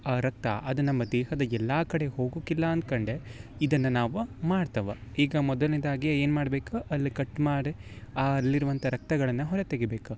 ಆ ರಕ್ತ ಅದು ನಮ್ಮ ದೇಹದ ಎಲ್ಲ ಕಡೆ ಹೋಗಕ್ಕಿಲ್ಲ ಅಂದ್ಕೊಂಡೆ ಇದನ್ನು ನಾವು ಮಾಡ್ತೇವ ಈಗ ಮೊದಲನೇದಾಗಿ ಏನು ಮಾಡ್ಬೇಕು ಅಲ್ಲಿ ಕಟ್ ಮಾಡಿ ಆ ಅಲ್ಲಿರುವಂಥ ರಕ್ತಗಳನ್ನು ಹೊರ ತೆಗಿಬೇಕು